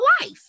life